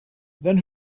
then